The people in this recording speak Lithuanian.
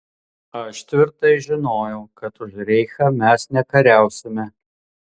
aš tvirtai žinojau kad už reichą mes nekariausime